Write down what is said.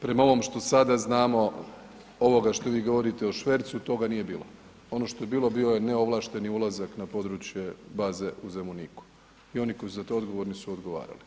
Prema ovome što sada znamo, ovoga što vi govorite o švercu, toga nije bilo, ono što je bilo bio je neovlašteni ulazak na područje baze u Zemuniku i oni koji su za to odgovorni su odgovarali.